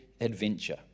adventure